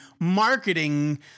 marketing